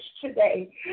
today